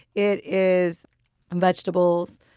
it is um vegetables,